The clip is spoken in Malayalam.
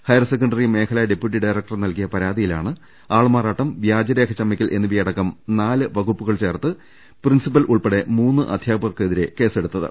ഹയർ സെക്കന്ററി മേഖലാ ഡെപ്യൂട്ടി ഡയറക്ടർ നൽകിയ പരാതിയിലാണ് ആൾമാറാട്ടം വ്യാജരേഖ ചമക്കൽ എന്നി വയടക്കം നാല് വകുപ്പുകൾ ചേർത്ത് പ്രിൻസിപ്പൽ ഉൾപ്പടെ അധ്യാ പകർക്കെതിരെ കേസെടുത്തത്